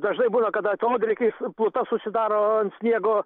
dažnai būna kad atodrėkiais pluta susidaro ant sniego